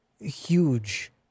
huge